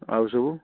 ଆଉ ସବୁ